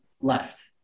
left